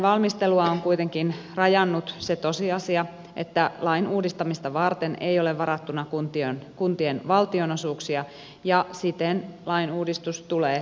lainvalmistelua on kuitenkin rajannut se tosiasia että lain uudistamista varten ei ole varattuna kuntien valtionosuuksia ja siten lain uudistus tulee toteuttaa kustannusneutraalisti